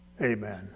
Amen